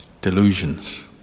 delusions